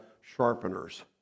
sharpeners